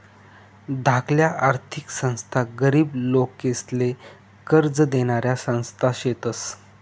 धाकल्या आर्थिक संस्था गरीब लोकेसले कर्ज देनाऱ्या संस्था शेतस